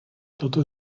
toto